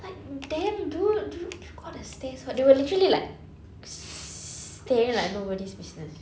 like damn dude d~ d~ all the stares [what] you will literally like stare like nobody's business